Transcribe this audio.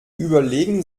überlegen